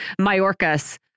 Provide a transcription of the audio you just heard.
Majorcas